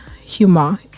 humor